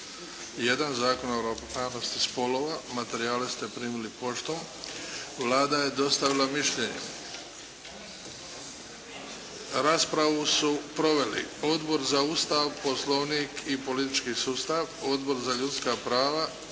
1. Zakona o ravnopravnosti spolova. Materijale ste primili poštom. Vlada je dostavila mišljenje. Raspravu su proveli Odbor za Ustav, poslovnik i politički sustav, Odbor za ljudska prava